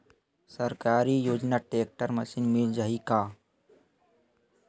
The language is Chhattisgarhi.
सरकारी योजना टेक्टर मशीन मिल जाही का?